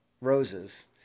roses